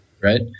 right